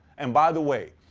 and by the way,